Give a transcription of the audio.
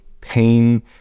pain